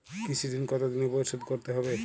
কৃষি ঋণ কতোদিনে পরিশোধ করতে হবে?